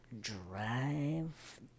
drive